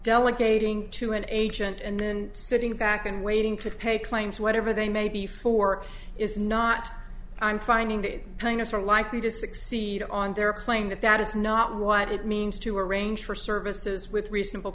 delegating to an agent and then sitting back and waiting to pay claims whatever they may be for is not i'm finding that congress are likely to succeed on their playing that that is not what it means to arrange for services with reasonable